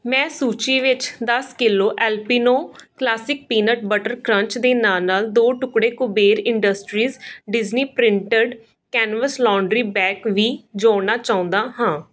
ਮੈਂ ਸੂਚੀ ਵਿੱਚ ਦਸ kilo Alpino classic peanut butter crunch ਦੇ ਨਾਲ ਨਾਲ ਦੋ ਟੁਕੜੇ Kuber industries Disney printed canvas laundry bag ਵੀ ਜੋੜਨਾ ਚਾਉਂਦਾ ਹਾਂ